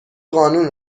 قانون